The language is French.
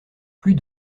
plus